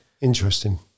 Interesting